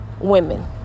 women